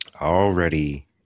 already